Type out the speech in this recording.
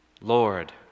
Lord